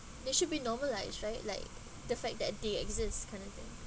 they should be normalised right like the fact that they exist kind of thing